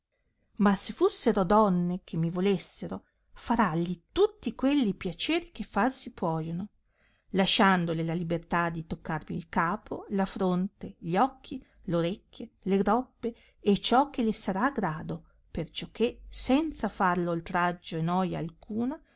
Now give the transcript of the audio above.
ma se lusserò donne che mi volessero faralli tutti quelli piaceri che far si puolono lasciandole la libertà di toccarmi il capo la fronte gli occhi orecchie le groppe e ciò che le sarà a grado perciò che senza farlo oltraggio e noia alcuna